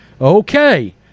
Okay